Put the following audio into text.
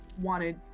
wanted